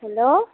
hello